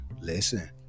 listen